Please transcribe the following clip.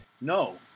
No